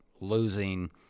losing